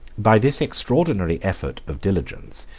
by this extraordinary effort of diligence,